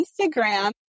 Instagram